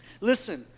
Listen